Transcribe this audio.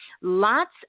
lots